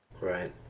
Right